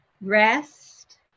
rest